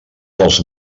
dels